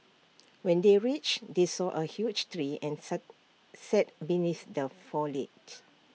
when they reached they saw A huge tree and sat beneath their foliage